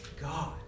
God